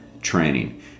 training